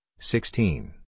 sixteen